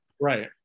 Right